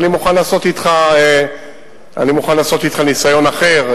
אבל אני מוכן לעשות אתך ניסיון אחר,